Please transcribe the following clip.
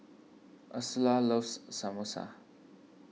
Ursula loves Samosa